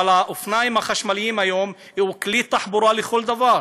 אבל האופניים החשמליים היום הם כלי תחבורה לכל דבר,